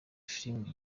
filime